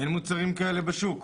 אין מוצרים כאלה בשוק.